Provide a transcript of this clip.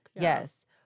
Yes